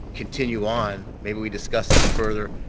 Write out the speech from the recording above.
continue on. maybe we discuss this further.